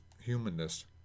humanness